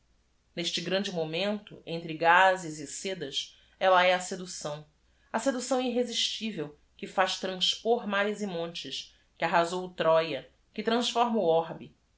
este grande momento entre gazes e sedas ella é a educção a educção irresistível que faz transpor mares e montes que arra sou roya que transforma o orbe